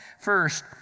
First